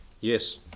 Yes